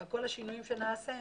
כל השינויים שנעשה,